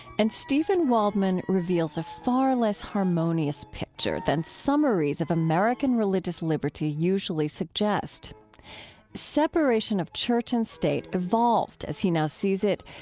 and steven waldman reveals a far less harmonious picture than summaries of american religious liberty usually suggest separation of church and state evolved, as he now sees it,